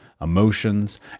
emotions